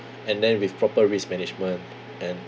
and then with proper risk management and